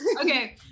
okay